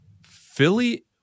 Philly